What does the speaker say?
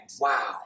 Wow